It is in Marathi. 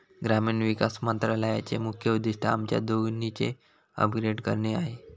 ग्रामीण विकास मंत्रालयाचे मुख्य उद्दिष्ट आमच्या दोन्हीचे अपग्रेड करणे आहे